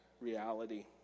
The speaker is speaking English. reality